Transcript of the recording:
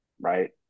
right